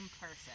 person